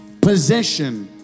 possession